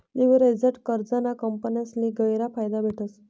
leveraged कर्जना कंपन्यासले गयरा फायदा भेटस